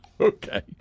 Okay